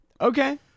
Okay